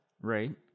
right